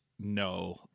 no